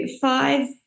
five